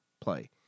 play